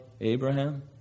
Abraham